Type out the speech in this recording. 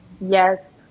Yes